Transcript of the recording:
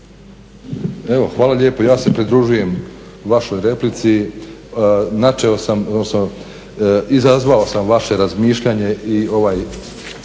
hvala lijepo. Ja se pridružujem vašoj replici. Izazvao sam vaše razmišljanje i ovaj